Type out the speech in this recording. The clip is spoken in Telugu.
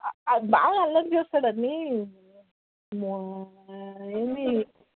బాగా అల్లరి చేస్తాడు అండి ఏంది